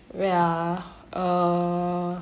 wait ah err